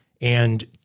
And-